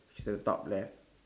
should top left